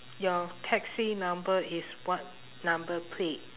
your taxi number is what number plate